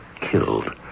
killed